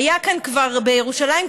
היה כאן כבר בירושלים,